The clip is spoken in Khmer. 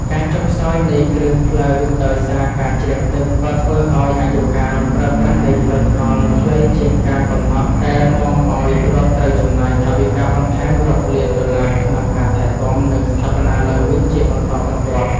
ការចុះខ្សោយនៃគ្រឹះផ្លូវដោយសារការជ្រាបទឹក ក៏ធ្វើឱ្យអាយុកាលប្រើប្រាស់នៃផ្លូវថ្នល់ខ្លីជាងការកំណត់ ដែលនាំឱ្យរដ្ឋត្រូវចំណាយថវិកាបន្ថែមរាប់លានដុល្លារក្នុងការថែទាំ និងស្ថាបនាឡើងវិញជាបន្តបន្ទាប់។